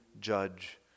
judge